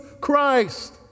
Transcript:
Christ